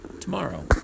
tomorrow